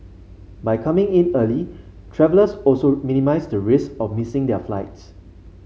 by coming in early travellers also minimise the risk of missing their flights